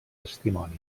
testimoni